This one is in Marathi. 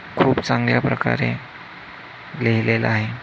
खूप चांगल्या प्रकारे लिहिलेलं आहे